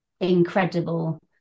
incredible